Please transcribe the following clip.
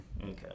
Okay